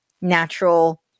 natural